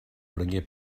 prengué